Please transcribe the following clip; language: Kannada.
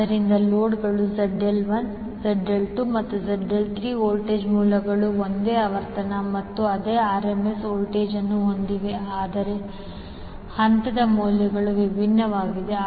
ಆದ್ದರಿಂದ ಲೋಡ್ಗಳು ZL1 ZL2ಮತ್ತು ZL3ವೋಲ್ಟೇಜ್ ಮೂಲಗಳು ಒಂದೇ ಆವರ್ತನ ಮತ್ತು ಅದೇ RMS ವೋಲ್ಟೇಜ್ ಅನ್ನು ಹೊಂದಿವೆ ಆದರೆ ಹಂತದ ಮೌಲ್ಯಗಳು ವಿಭಿನ್ನವಾಗಿವೆ